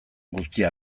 guztia